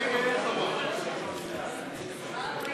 משרד האנרגיה והמים, לשנת התקציב 2016, כהצעת